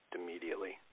immediately